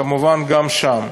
כמובן, גם שם.